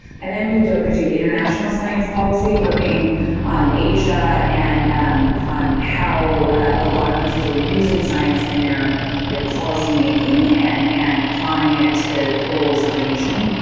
and then, i moved over to do international science policy working on asia and um on how a lot of countries were using science in their their policymaking and and applying it to the the goals of the nation.